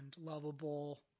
lovable